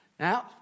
Now